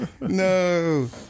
no